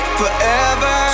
forever